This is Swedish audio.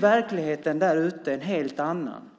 Verkligheten där ute är en helt annan.